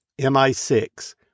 MI6